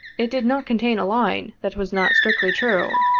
it did not contain a line that was not strictly true.